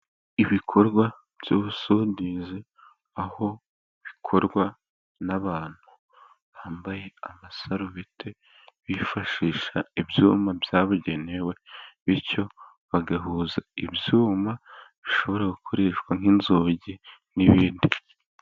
Ibikorwa by'ubusudizi aho bikorwa n'abantu bambaye amasarubete, bifashisha ibyuma byabugenewe. Bityo bagahuza ibyuma bishobora gukoreshwa nk'inzugi n'ibindi.